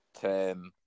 ten